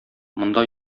монда